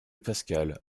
pascal